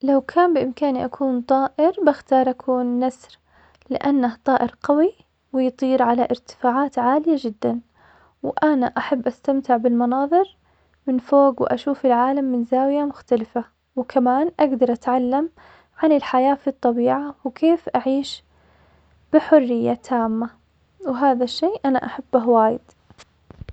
لو كان بإمكاني أكون طائر بختار أكون نسر, لأنه طائر قوي ويطير على إرتفاعات عالية جدا, وأنا أحب أستمتع بالمناظر من فوق و أشوف العالم من زاوية مختلفة, وكمان أقدر أتعلم عن الحياة في الطبيعة وكيف أعيش بحرية تامة, وهذا الشي أنا أحبه وايد.